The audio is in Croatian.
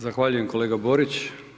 Zahvaljujem kolega Borić.